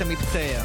אין מתנגדים,